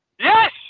YES